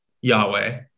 Yahweh